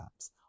apps